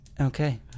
okay